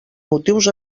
motius